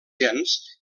gens